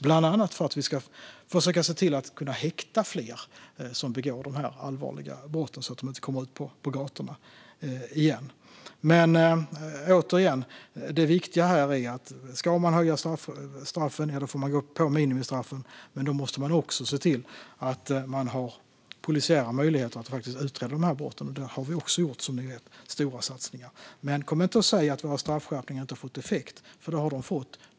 Det handlar bland annat om att kunna häkta fler som begår de allvarliga brotten så att de inte kommer ut på gatorna igen. Det viktiga är att om straffnivåerna ska höjas måste man gå på minimistraffen, men då måste man också se till att det finns polisiära möjligheter att utreda brotten. Där har vi också gjort stora satsningar. Men kom inte och säg att våra straffskärpningar inte har fått effekt. Det har de fått.